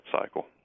cycle